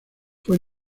fue